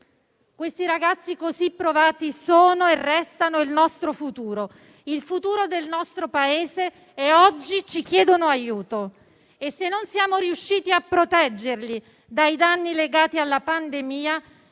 Questi ragazzi così provati sono e restano il futuro nostro e del nostro Paese e oggi ci chiedono aiuto. E se non siamo riusciti a proteggerli dai danni legati alla pandemia,